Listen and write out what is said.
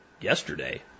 yesterday